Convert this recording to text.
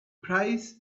price